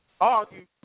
Argue